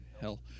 hell